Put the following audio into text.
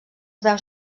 veus